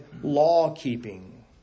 law-keeping